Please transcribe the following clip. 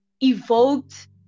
evoked